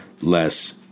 less